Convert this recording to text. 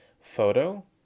photo